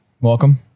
welcome